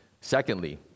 Secondly